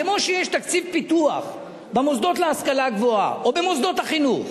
כמו שיש תקציב פיתוח במוסדות להשכלה גבוהה או במוסדות החינוך,